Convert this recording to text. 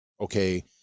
okay